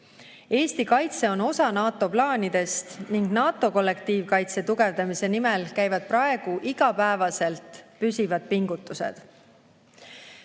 Eesti kaitse on osa NATO plaanidest ning NATO kollektiivkaitse tugevdamise nimel käivad praegu igapäevaselt püsivad pingutused.